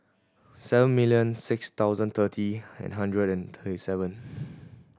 seven million six thousand thirty and hundred and twenty seven